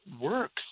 works